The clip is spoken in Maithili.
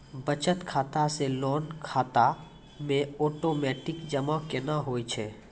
बचत खाता से लोन खाता मे ओटोमेटिक जमा केना होय छै?